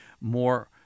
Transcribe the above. more